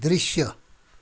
दृश्य